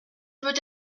peut